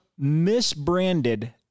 misbranded